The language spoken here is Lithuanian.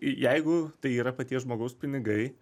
jeigu tai yra paties žmogaus pinigai